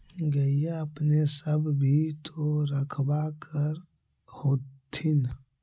गईया अपने सब भी तो रखबा कर होत्थिन?